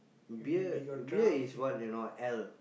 beer beer is what you know ale